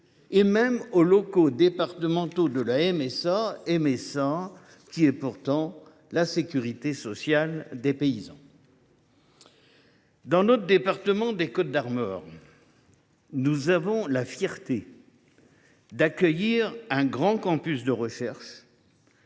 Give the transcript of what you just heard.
et même aux locaux départementaux de la Mutualité sociale agricole (MSA), qui est pourtant la sécurité sociale des paysans. Dans le département des Côtes d’Armor, nous avons la fierté d’accueillir un grand campus de recherche